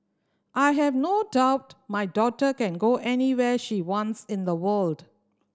I have no doubt my daughter can go anywhere she wants in the world